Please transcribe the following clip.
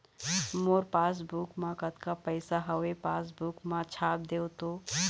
मोर passbook मा कतका पैसा हवे पासबुक मा छाप देव तो?